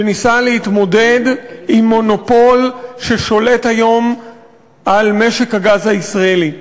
שניסה להתמודד עם מונופול ששולט היום על משק הגז הישראלי.